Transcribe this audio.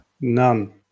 None